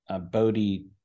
Bodhi